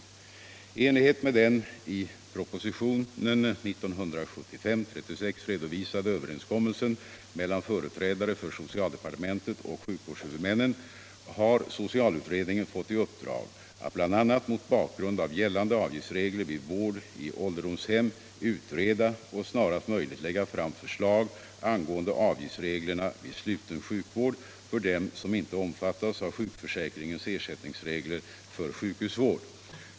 I enlighet med den i propositionen 1975:36 redovisade överenskommelsen mellan företrädare för socialdepartementet och sjukvårdshuvudmännen har socialutredningen fått i uppdrag att bl.a. mot bakgrund av gällande avgiftsregler vid vård i ålderdomshem utreda och snarast möjligt lägga fram förslag angående avgiftsreglerna vid sluten sjukvård för dem som inte omfattas av sjukförsäkringens ersättningsregler för sjukhusvård.